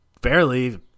barely